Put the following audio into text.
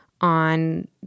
on